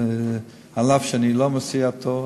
אף שאני לא מסיעתו,